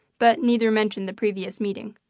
but neither mentioned the previous meeting.